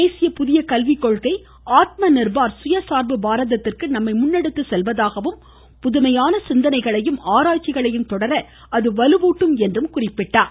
தேசிய புதிய கல்விகொள்கை ஆத்ம நிர்பார் சுய சார்பு பாரதத்திற்கு நம்மை முன்னெடுத்து செல்வதாகவும் புதுமையான சிந்தனைகளையும் ஆராய்ச்சிகளையும் தொடர அது வலுவூட்டும் என்றும் குறிப்பிட்டார்